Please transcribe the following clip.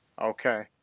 Okay